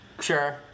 Sure